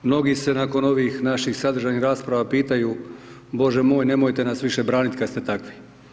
Mnogi se nakon ovih naših sadržajnih rasprava, pitaju Bože moj, nemojte nas više braniti kada ste takvi.